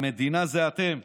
המדינה זה אתם.